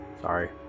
Sorry